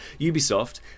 Ubisoft